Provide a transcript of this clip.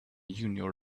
junior